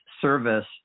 service